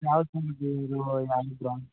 ಯಾವ್ದು ನಿಮ್ಮದು ಇದು ಯಾವ್ದು ಬ್ಯಾಂಡ್